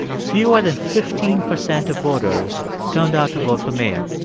fewer than fifteen percent of voters turned out to vote for mayor.